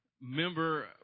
member